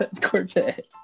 corvette